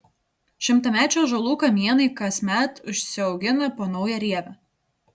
šimtamečių ąžuolų kamienai kasmet užsiaugina po naują rievę